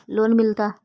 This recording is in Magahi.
लोन मिलता?